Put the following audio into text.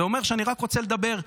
זה אומר שאני רק רוצה לדבר,